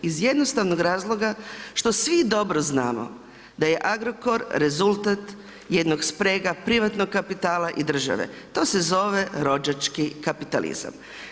Iz jednostavnog razloga što svi dobro znamo da je Agrokor rezultat jednog sprega, privatnog kapitala i države, to se zove rođački kapitalizam.